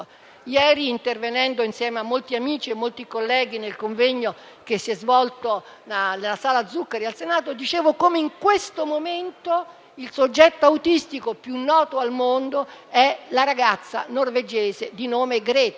Ieri, intervenendo insieme a molti amici e molti colleghi nel convegno che si è svolto nella sala Zuccari al Senato, dicevo come, in questo momento, il soggetto autistico più noto al mondo è la ragazza svedese di nome Greta,